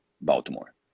baltimore